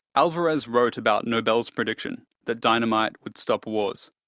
alvarez wrote about nobel's prediction that dynamite would stop wars,